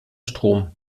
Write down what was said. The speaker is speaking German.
strom